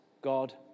God